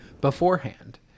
beforehand